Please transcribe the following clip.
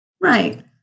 Right